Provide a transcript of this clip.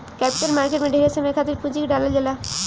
capital market में ढेरे समय खातिर पूंजी के डालल जाला